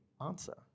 answer